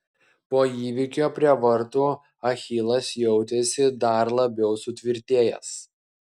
po įvykio prie vartų achilas jautėsi dar labiau sutvirtėjęs